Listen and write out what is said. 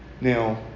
Now